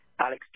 Alex